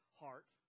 heart